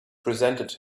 presented